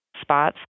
spots